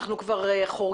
קטעת קודם